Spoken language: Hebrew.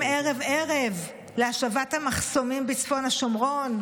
ערב-ערב להשבת המחסומים בצפון השומרון.